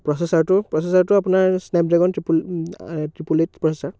প্ৰচেছাৰটো প্ৰচেছাৰটো আপোনাৰ Snapdragon triple triple eight processor